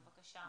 בבקשה,